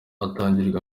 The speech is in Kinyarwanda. atangirwa